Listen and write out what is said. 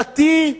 דתי,